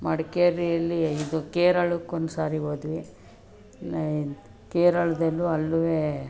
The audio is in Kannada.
ಮಡಿಕೇರಿಯಲ್ಲಿ ಇದು ಕೇರಳಕ್ಕೆ ಒಂದ್ಸಾರಿ ಹೋದ್ವಿ ಕೇರಳದಲ್ಲೂ ಅಲ್ಲೂ